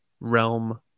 realm